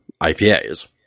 IPAs